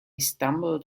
stumbled